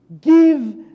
give